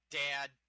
dad